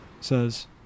says